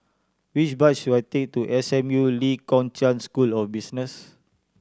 which bus should I take to S M U Lee Kong Chian School of Business